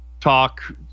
talk